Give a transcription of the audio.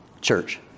church